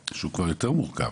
ב' זה כבר יותר מורכב